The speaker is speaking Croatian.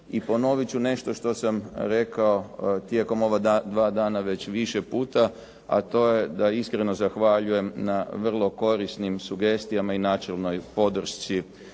I ponovit ću nešto što sam rekao tijekom ova dva dana već više puta, a to je da iskreno zahvaljujem na vrlo korisnim sugestijama i načelnoj podršci